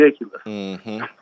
ridiculous